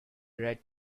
red